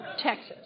Texas